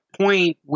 point